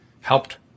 helped